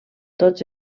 tots